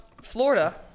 Florida